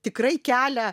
tikrai kelia